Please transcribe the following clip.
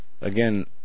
Again